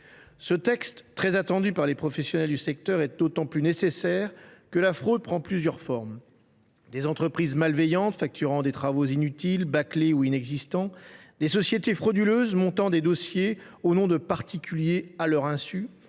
Ce texte, très attendu par les professionnels du secteur, est d’autant plus nécessaire que la fraude prend plusieurs formes : entreprises malveillantes facturant des travaux inutiles, bâclés ou inexistants, sociétés frauduleuses montant des dossiers au nom de particuliers à leur insu,